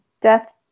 death